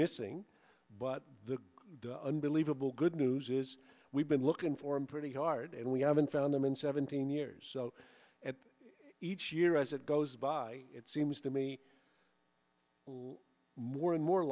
missing but the unbelievable good news is we've been looking for him pretty hard and we haven't found them in seventeen years and each year as it goes by it seems to me more and more